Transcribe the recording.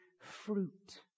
fruit